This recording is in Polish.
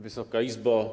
Wysoka Izbo!